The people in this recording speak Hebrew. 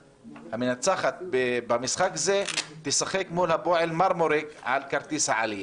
והמנצחת במשחק הזה תשחק מול הפועל מרמורק על כרטיס העלייה.